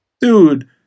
dude